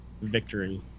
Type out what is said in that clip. Victory